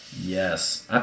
Yes